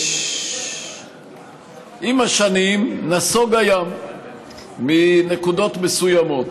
עם השנים נסוג הים מנקודות מסוימות,